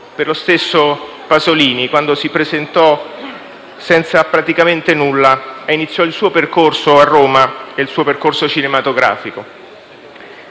per lo stesso Pasolini, quando si presentò senza praticamente nulla e iniziò a Roma il suo percorso cinematografico.